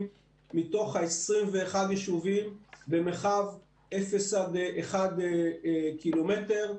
מתוך ה-21 יישובים במרחב 0 1 קילומטרים.